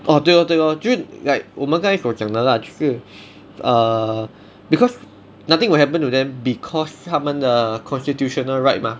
orh 对 lor 对 lor 就是 like 我们刚才我们所讲的 lah err because nothing will happen to them because 他们的 constitutional right 吗